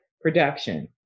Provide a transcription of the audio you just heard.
production